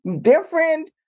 different